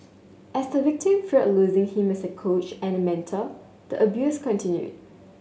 as the victim feared losing him as a coach and mentor the abuse continued